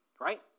right